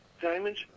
diamonds